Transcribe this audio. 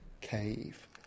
cave